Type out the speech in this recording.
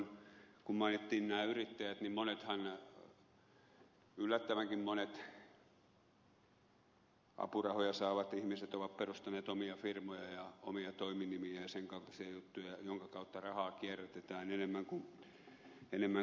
kun mainittiin nämä yrittäjät niin monethan yllättävänkin monet apurahoja saavat ihmiset ovat perustaneet omia firmoja ja omia toiminimiä ja sen kaltaisia juttuja joiden kautta rahaa kierrätetään enemmän kun uskoisikaan